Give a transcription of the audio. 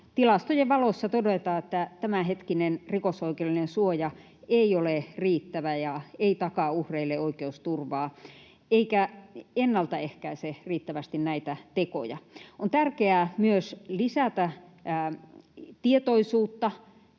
tilastojen valossa todeta, että tämänhetkinen rikosoikeudellinen suoja ei ole riittävä ja ei takaa uhreille oikeusturvaa eikä ennaltaehkäise riittävästi näitä tekoja. On tärkeää myös lisätä tietoisuutta